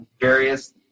various